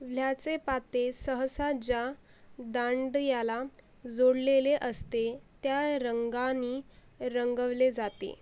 वल्ह्याचे पाते सहसा ज्या दांड्याला जोडलेले असते त्या रंगानी रंगवले जाते